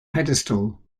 pedestal